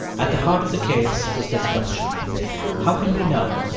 at the heart of the case was this question how can we know,